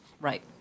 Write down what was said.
Right